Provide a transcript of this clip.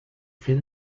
fer